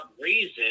reason